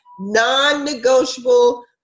non-negotiable